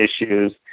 issues